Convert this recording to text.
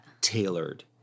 tailored